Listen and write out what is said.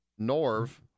Norv